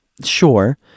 sure